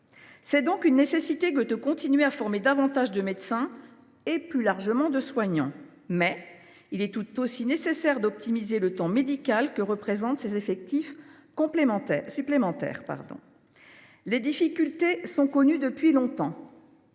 est donc nécessaire de continuer à former davantage de médecins et, plus largement, de soignants. Mais il est tout aussi nécessaire d’optimiser le temps médical que représentent ces effectifs supplémentaires. Les difficultés sont connues depuis longtemps.